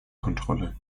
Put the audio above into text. kontrolle